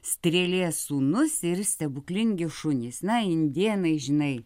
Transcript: strėlė sūnus ir stebuklingi šunys na indėnai žinai